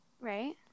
right